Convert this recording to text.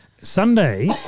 Sunday